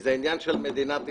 זה עניין של מדינת ישראל.